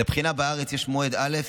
לבחינה בארץ יש מועד א'